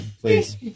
Please